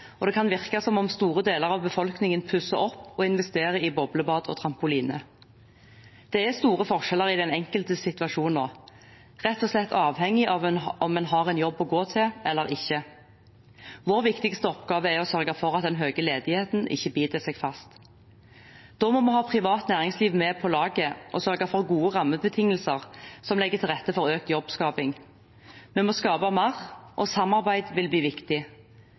og det kan virke som om store deler av befolkningen pusser opp og investerer i boblebad og trampoline. Det er store forskjeller i den enkeltes situasjon nå, rett og slett avhengig av om en har en jobb å gå til eller ikke. Vår viktigste oppgave er å sørge for at den høye ledigheten ikke biter seg fast. Da må vi ha privat næringsliv med på laget og sørge for gode rammebetingelser som legger til rette for økt jobbskaping. Vi må skape mer, og samarbeid vil bli viktig.